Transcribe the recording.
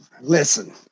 listen